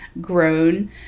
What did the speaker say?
grown